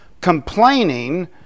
complaining